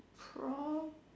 from